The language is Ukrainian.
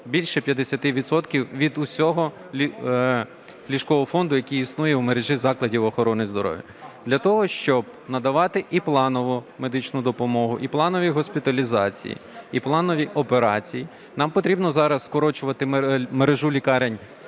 відсотків від усього ліжкового фонду, який існує в мережі закладів охорони здоров'я. Для того, щоб надавати і планову медичну допомогу, і планові госпіталізації, і планові операції, нам потрібно зараз скорочувати мережу лікарень